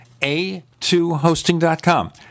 a2hosting.com